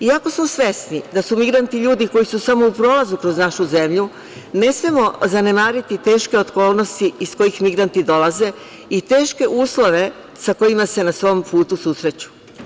Iako su svesni da su migranti ljudi koji su samo u prolazu kroz našu zemlju, ne smemo zanemariti teške okolnosti iz kojih migranti dolaze i teške uslove sa kojima se na svom putu susreću.